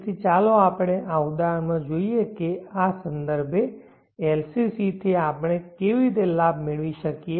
તેથી ચાલો આપણે આ ઉદાહરણમાં જોઈએ આ સંદર્ભે LCC થી આપણે કેવી રીતે લાભ મેળવી શકીએ